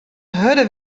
hurde